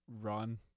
run